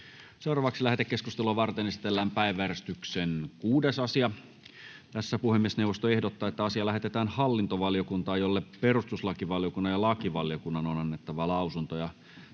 puhemies. Lähetekeskustelua varten esitellään päiväjärjestyksen 14. asia. Puhemiesneuvosto ehdottaa, että asia lähetetään maa- ja metsätalousvaliokuntaan, jolle perustuslakivaliokunnan on annettava lausunto.